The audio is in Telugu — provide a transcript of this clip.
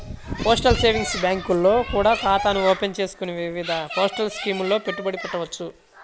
పోస్టల్ సేవింగ్స్ బ్యాంకుల్లో కూడా ఖాతాను ఓపెన్ చేసుకొని వివిధ పోస్టల్ స్కీముల్లో పెట్టుబడి పెట్టవచ్చు